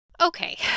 Okay